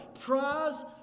Prize